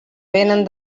vénen